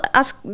ask